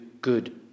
good